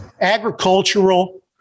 agricultural